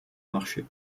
marché